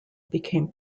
became